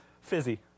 Fizzy